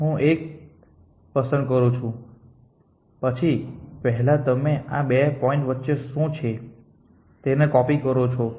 હું અહીં એક પસંદ કરું છું પછી પહેલા તમે આ 2 પોઇન્ટ વચ્ચે શું છે તેની કોપી કરો છો